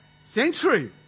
century